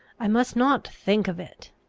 i must not think of it!